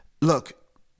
look